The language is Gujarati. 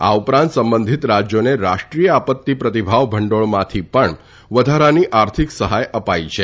આ ઉપરાંત સંબંધિત રાજયોને રાષ્ટ્રીય આપત્તી પ્રતિભાવ ભંડોળમાંથી પણ વધારાની આર્થિક સહાય અપાઇ છે